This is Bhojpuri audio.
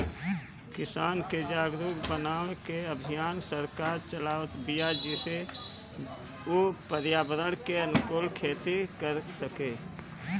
किसान के जागरुक बनावे के अभियान सरकार चलावत बिया जेसे उ पर्यावरण के अनुकूल खेती कर सकें